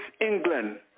England